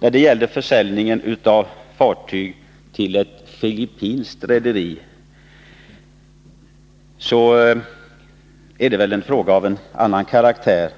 som gällde försäljningen av fartyg till ett filippinskt rederi, är av en annan karaktär.